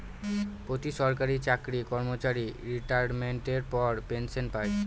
প্রতি সরকারি চাকরি কর্মচারী রিটাইরমেন্টের পর পেনসন পায়